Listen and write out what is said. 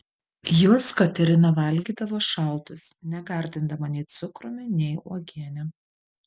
juos katerina valgydavo šaltus negardindama nei cukrumi nei uogiene